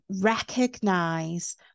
Recognize